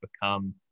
become